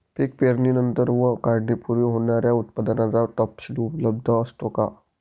पीक पेरणीनंतर व काढणीपूर्वी होणाऱ्या उत्पादनाचा तपशील उपलब्ध असतो का?